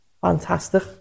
fantastic